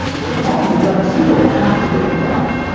well the problem is that receivable has to get collected,